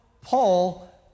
Paul